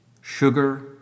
Sugar